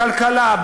בכלכלה,